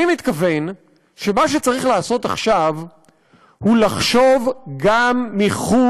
אני מתכוון שמה שצריך לעשות עכשיו הוא לחשוב מחוץ